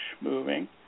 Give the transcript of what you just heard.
moving